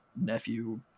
nephew